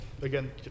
Again